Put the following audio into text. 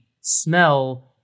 smell